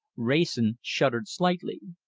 wrayson shuddered slightly.